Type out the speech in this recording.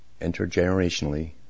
intergenerationally